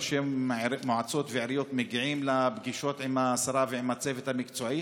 ראשי עיריות ומועצות מגיעים לפגישות עם השרה ועם הצוות המקצועי,